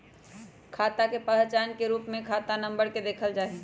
खाता के पहचान के रूप में खाता नम्बर के देखल जा हई